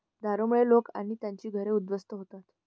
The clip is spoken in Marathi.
दारूमुळे लोक आणि त्यांची घरं उद्ध्वस्त होतात